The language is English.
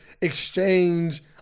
exchange